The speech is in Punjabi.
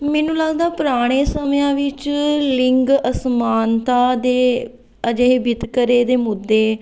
ਮੈਨੂੰ ਲੱਗਦਾ ਪੁਰਾਣੇ ਸਮਿਆਂ ਵਿੱਚ ਲਿੰਗ ਅਸਮਾਨਤਾ ਦੇ ਅਜਿਹੇ ਵਿਤਕਰੇ ਦੇ ਮੁੱਦੇ